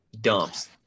dumps